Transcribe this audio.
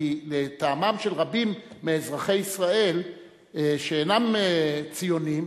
כי לטעמם של רבים מאזרחי ישראל שאינם ציונים,